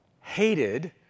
hated